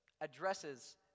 addresses